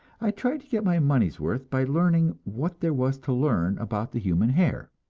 i tried to get my money's worth by learning what there was to learn about the human hair.